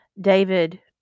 David